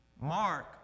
Mark